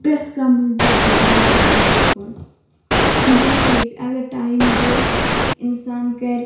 پرٛیٚتھ کانٛہہ مٔنزِل ہاوان چھُ برٛونٛٹھ کُن یہِ سُہ یژھہِ اگر ٹایم گوٚو اِنسان کَرِ